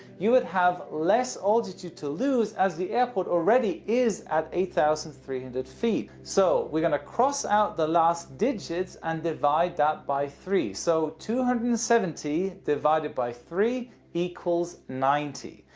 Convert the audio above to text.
you would have less altitude to lose as the aiport already is at eight thousand three hundred feet. so, we're gonna cross out the last digits and divide that by three, so two hundred and seventy divided by three equals ninety.